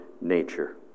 nature